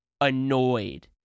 annoyed